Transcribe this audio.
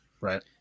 right